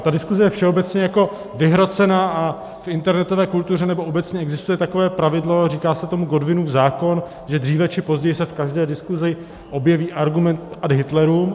Ta diskuse je všeobecně jako vyhrocená a v internetové kultuře nebo obecně existuje takové pravidlo a říká se tomu Godwinův zákon, že dříve či později se v každé diskusi objeví argument ad hitlerum.